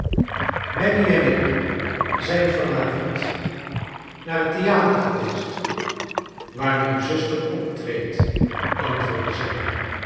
maggy en ik zijn van avond nar het theater geweest waar mijn zuster optreedt antwoordde zij